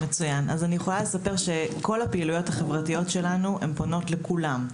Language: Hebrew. אני יכולה לספר שכל הפעילויות החברתיות שלנו פונות לכולם.